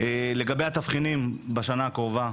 לגבי התבחינים בשנה הקרובה.